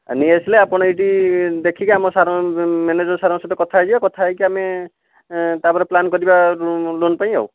ଆଉ ନେଇ ଆସିଲେ ଆପଣ ଏଇଠି ଦେଖିକି ଆମ ସାର୍ ଙ୍କ ମ୍ୟାନେଜର ସାର୍ ଙ୍କ ସହିତ କଥାହେଇଯିବେ କଥାହେଇକି ଆମେ ତାପରେ ପ୍ଲାନ୍ କରିବା ଲୋନ ପାଇଁ ଆଉ